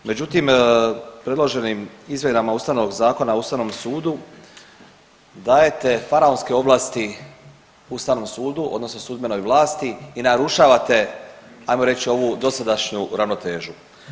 Međutim, predloženim izmjenama Ustavnog zakona o Ustavnom sudu dajete faraonske ovlasti Ustavnom sudu odnosno sudbenoj vlasti i narušavate ajmo reći ovu dosadašnju ravnotežu.